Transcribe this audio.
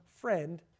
friend